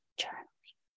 journaling